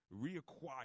reacquire